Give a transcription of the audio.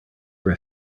were